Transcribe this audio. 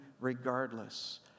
Regardless